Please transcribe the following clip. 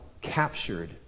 captured